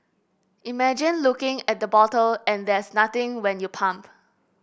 imagine looking at the bottle and there's nothing when you pump